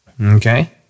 Okay